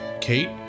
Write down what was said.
Kate